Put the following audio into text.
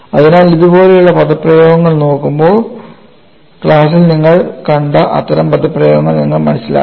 അതിനാൽ ഇതുപോലുള്ള പദപ്രയോഗങ്ങൾ നോക്കുമ്പോൾ ക്ലാസ്സിൽ നിങ്ങൾ കണ്ട അത്തരം പദപ്രയോഗങ്ങൾ നിങ്ങൾ മനസ്സിലാക്കണം